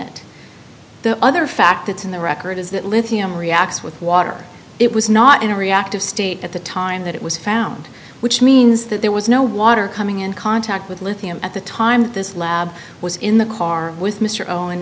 it the other fact it's in the record is that lithium reacts with water it was not in a reactive state at the time that it was found which means that there was no water coming in contact with lithium at the time this lab was in the car with mr owen and